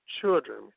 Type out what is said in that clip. children